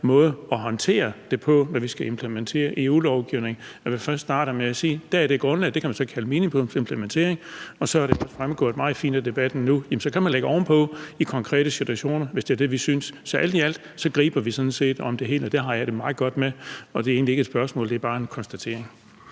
måde at håndtere det på, når vi skal implementere EU-lovgivning, at man først starter med at sige, at der er det grundlag, og det kan man så kalde minimumsimplementering, og så er det også fremgået meget fint af debatten her, at så kan man lægge ovenpå i konkrete situationer, hvis det er det, vi synes. Så alt i alt griber vi sådan set om det hele, og det har jeg det meget godt med. Det er egentlig ikke et spørgsmål, men bare en konstatering.